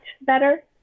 better